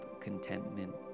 contentment